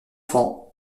francs